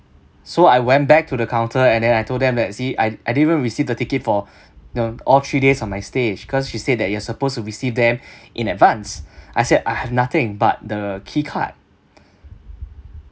so I went back to the counter and then I told them that see I I didn't even receive the ticket for know all three days on my stay cause she said that you are supposed to receive them in advance I said I have nothing but the key card